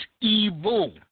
evil